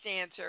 answer